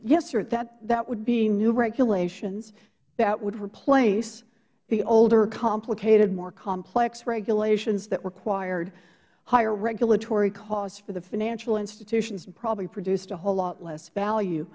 sir that would be new regulations that would replace the older complicated more complex regulations that required higher regulatory costs for the financial institutions and probably produced a whole lot less value